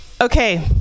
Okay